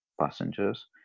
passengers